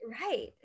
right